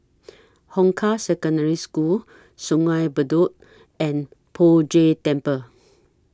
Hong Kah Secondary School Sungei Bedok and Poh Jay Temple